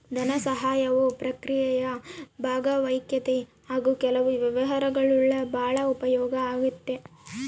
ಧನಸಹಾಯವು ಪ್ರಕ್ರಿಯೆಯ ಭಾಗವಾಗೈತಿ ಹಾಗು ಕೆಲವು ವ್ಯವಹಾರಗುಳ್ಗೆ ಭಾಳ ಉಪಯೋಗ ಆಗೈತೆ